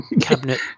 cabinet